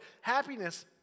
Happiness